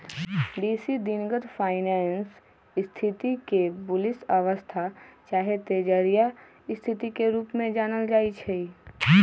बेशी दिनगत फाइनेंस स्थिति के बुलिश अवस्था चाहे तेजड़िया स्थिति के रूप में जानल जाइ छइ